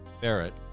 Barrett